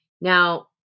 Now